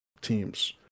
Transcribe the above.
teams